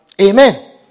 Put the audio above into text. Amen